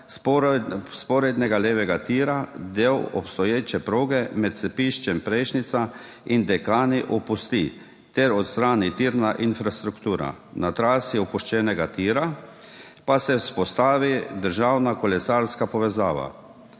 vzporednega levega tira del obstoječe proge med cepiščem Prešnica in Dekani opusti ter odstrani tirna infrastruktura, na trasi opuščenega tira pa se vzpostavi državna kolesarska povezava.